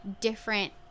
different